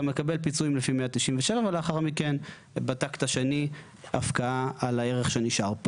אתה מקבל פיצויים לפי 197 ולאחר מכן בטקט השני הפקעה על הערך שנשאר.